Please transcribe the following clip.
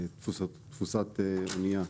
תפוסת אנייה.